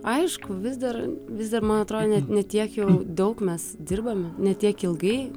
aišku vis dar vis dar man atrodė ne tiek jau daug mes dirbame ne tiek ilgai